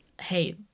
Hey